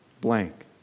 Blank